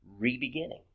rebeginning